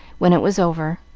when it was over.